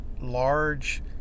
large